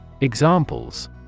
Examples